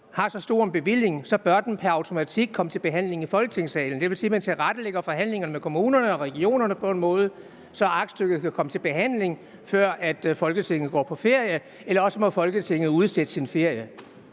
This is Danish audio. har så stor en bevilling, bør den pr. automatik komme til behandling i Folketingssalen, det vil sige, at man tilrettelægger forhandlingerne med kommunerne og regionerne på en måde, så aktstykket kan komme til behandling, før at Folketinget går på ferie, eller også må Folketinget udsætte sin ferie.